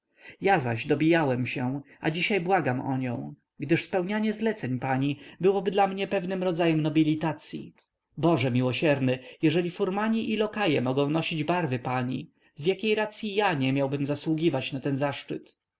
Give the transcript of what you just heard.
ja zaś dobijałem się a dzisiaj błagam o nią gdyż spełnianie zleceń pani byłoby dla mnie pewnym rodzajem nobilitacyi boże miłosierny jeżeli furmani i lokaje mogą nosić barwy pani z jakiej racyi ja nie miałbym zasługiwać na ten zaszczyt